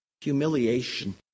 humiliation